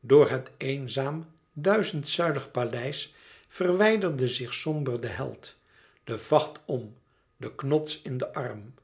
door het eenzaam duizendzuilig paleis verwijderde zich somber de held den vacht om den knots in den arm